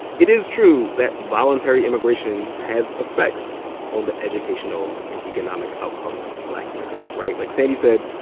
it is true that voluntary immigration has affects on the educational and economic outcomes of black immigrants, right? like sandy said,